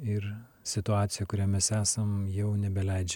ir situacija kurią mes esam jau nebeleidžia